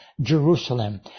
Jerusalem